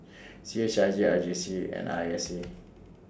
C H I J R J C and I S A